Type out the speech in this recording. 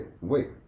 wait